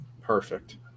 Perfect